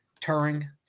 Turing